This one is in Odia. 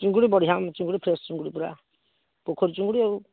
ଚିଙ୍ଗୁଡ଼ି ବଢ଼ିଆ ଚିଙ୍ଗୁଡ଼ି ଫ୍ରେଶ୍ ଚିଙ୍ଗୁଡ଼ି ପୁରା ପୋଖରୀ ଚିଙ୍ଗୁଡ଼ି ଆଉ